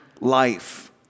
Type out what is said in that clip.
life